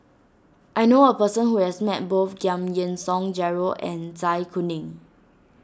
I knew a person who has met both Giam Yean Song Gerald and Zai Kuning